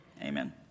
amen